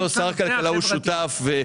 שר הכלכלה הוא שותף,